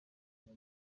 irya